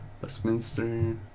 Westminster